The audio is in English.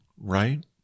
right